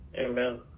amen